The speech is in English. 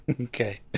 Okay